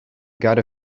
gotta